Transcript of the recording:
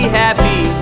happy